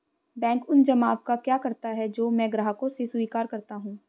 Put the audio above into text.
Bank उन जमाव का क्या करता है जो मैं ग्राहकों से स्वीकार करता हूँ?